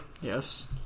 Yes